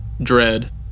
Dread